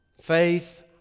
Faith